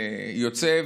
יוצא.